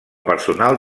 personal